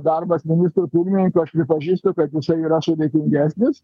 darbas ministru pirmininku aš pripažįstu kad jisai yra sudėtingesnis